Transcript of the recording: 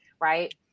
right